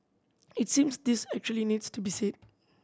it seems this actually needs to be said